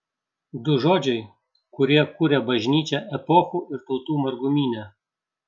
du žodžiai kurie kuria bažnyčią epochų ir tautų margumyne